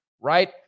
right